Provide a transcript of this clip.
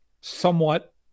somewhat